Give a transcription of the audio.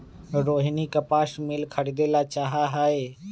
रोहिनी कपास मिल खरीदे ला चाहा हई